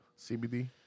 CBD